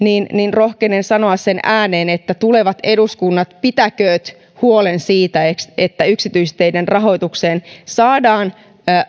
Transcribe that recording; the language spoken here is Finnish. rohkenen sanoa sen ääneen että tulevat eduskunnat pitäkööt huolen siitä että yksityisteiden rahoitukseen saadaan